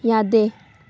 ꯌꯥꯗꯦ